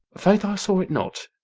faith, i saw it not,